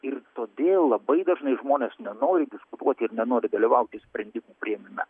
ir todėl labai dažnai žmonės nenori diskutuoti ir nenori dalyvauti sprendimų priėmime